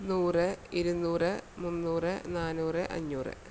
നൂറ് ഇരുന്നൂറ് മുന്നൂറ് നാന്നൂറ് അഞ്ഞൂറ്